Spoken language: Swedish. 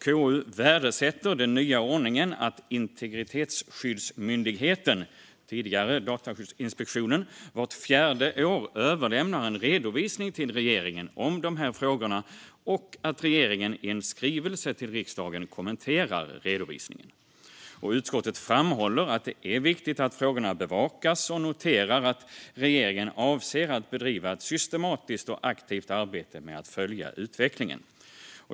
KU värdesätter den nya ordningen att Integritetsskyddsmyndigheten, tidigare Datainspektionen, vart fjärde år överlämnar en redovisning till regeringen om de här frågorna och att regeringen i en skrivelse till riksdagen kommenterar redovisningen. Utskottet framhåller att det är viktigt att frågorna bevakas samt noterar att regeringen avser att bedriva ett systematiskt och aktivt arbete med att följa utvecklingen.